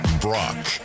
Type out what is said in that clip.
Brock